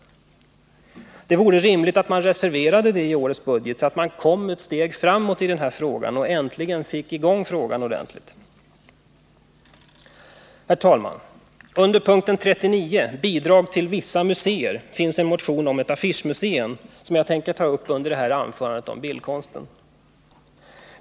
Det vore rimligt att reservera de pengarna i årets budget så att man kommer ett steg framåt och äntligen får i gång frågan ordentligt. Herr talman! Under punkten 39, Bidrag till vissa museer, finns det en motion om ett affischmuseum som jag tänkte ta upp i detta anförande om bildkonsten.